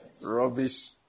Rubbish